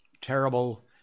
Terrible